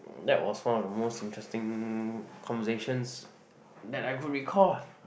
that was one of the most interesting conversations that I could recall